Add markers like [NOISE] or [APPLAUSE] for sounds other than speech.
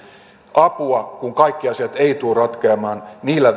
apua kun kaikki asiat eivät tule ratkeamaan niillä [UNINTELLIGIBLE]